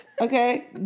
Okay